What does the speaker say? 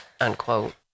unquote